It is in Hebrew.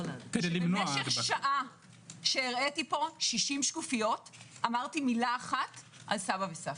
שבמשך שעה שהראיתי פה 60 שקופיות אמרתי פה מילה אחת על סבא וסבתא.